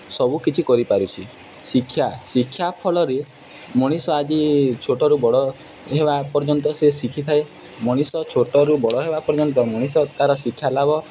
ସବୁ କିଛି କରିପାରୁଛି ଶିକ୍ଷା ଶିକ୍ଷା ଫଳରେ ମଣିଷ ଆଜି ଛୋଟରୁ ବଡ଼ ହେବା ପର୍ଯ୍ୟନ୍ତ ସେ ଶିଖିଥାଏ ମଣିଷ ଛୋଟରୁ ବଡ଼ ହେବା ପର୍ଯ୍ୟନ୍ତ ମଣିଷ ତା'ର ଶିକ୍ଷା ଲାଭ